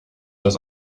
das